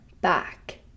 back